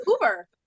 Uber